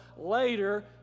later